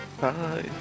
Bye